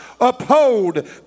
uphold